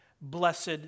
blessed